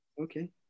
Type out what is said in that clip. Okay